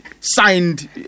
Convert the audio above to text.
signed